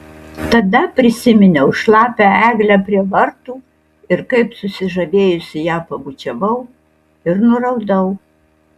tada prisiminiau šlapią eglę prie vartų ir kaip susižavėjusi ją pabučiavau ir nuraudau